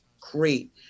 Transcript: great